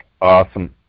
Awesome